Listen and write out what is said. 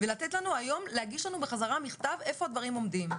ולהגיש לנו בחזרה מכתב איפה הדברים עומדים,